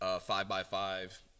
five-by-five